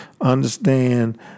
understand